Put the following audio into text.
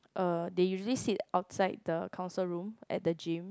uh they usually sit outside the council room at the gym